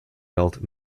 built